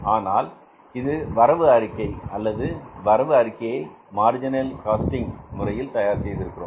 ஆனால் இது வரவு அறிக்கை அல்லது வரவு அறிக்கையை மார்ஜினல் காஸ்டிங் முறையில் தயார் செய்திருக்கிறோம்